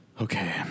okay